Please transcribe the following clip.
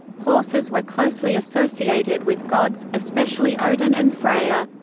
horses were closely associated with gods, especially odin and freyr.